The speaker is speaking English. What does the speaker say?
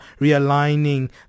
realigning